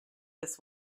this